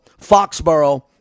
Foxborough